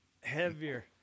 Heavier